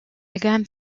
gamme